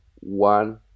one